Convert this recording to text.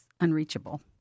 unreachable